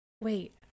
wait